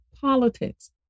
politics